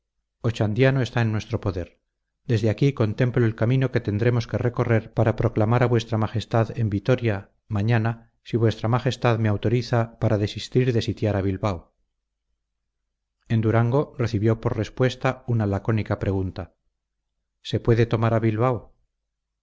decía ochandiano está en nuestro poder desde aquí contemplo el camino que tendremos que recorrer para proclamar a vuestra majestad en vitoria mañana si vuestra majestad me autoriza para desistir de sitiar a bilbao en durango recibió por respuesta una lacónica pregunta se puede tomar a bilbao